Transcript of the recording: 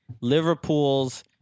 Liverpool's